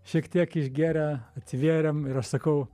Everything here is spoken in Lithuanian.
šiek tiek išgėrę atsivėrėm ir aš sakau